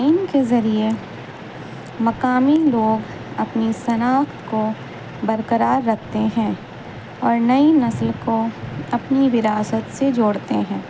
ان کے ذریعے مقامی لوگ اپنی صناخت کو برقرار رکھتے ہیں اور نئی نسل کو اپنی وراثت سے جوڑتے ہیں